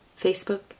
Facebook